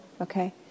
Okay